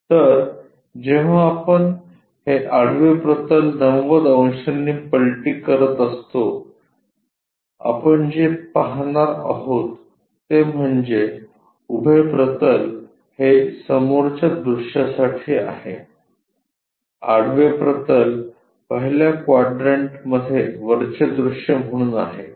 तर जेव्हा आपण हे आडवे प्रतल 90 अंशांनी पलटी करत असतो आपण जे पाहणार आहोत ते म्हणजे उभे प्रतल हे समोरच्या दृश्यासाठी आहे आडवे प्रतल पहिल्या क्वाड्रंटमध्ये वरचे दृश्य म्हणून आहे